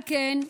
על כן,